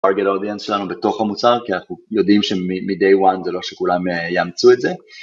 target audience שלנו בתוך המוצר כי אנחנו יודעים שמday one זה לא שכולם יאמצו את זה